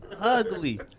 ugly